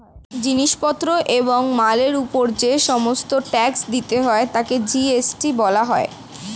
জিনিস পত্র এবং মালের উপর যে সমস্ত ট্যাক্স দিতে হয় তাকে জি.এস.টি বলা হয়